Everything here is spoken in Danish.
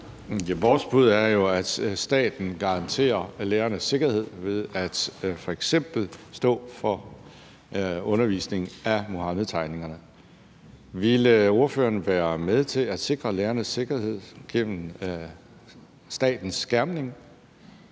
Vores bud er jo, at staten garanterer lærernes sikkerhed ved f.eks. at stå for undervisningen i Muhammedtegningerne. Ville ordføreren være med til at sikre lærernes sikkerhed gennem statens skærmning,